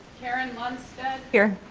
karin lundstedt. here.